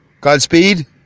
Godspeed